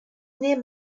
name